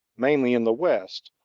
mainly in the west,